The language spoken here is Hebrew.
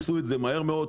עשו את זה מהר מאוד,